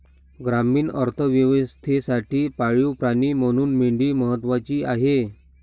ग्रामीण अर्थव्यवस्थेसाठी पाळीव प्राणी म्हणून मेंढी महत्त्वाची आहे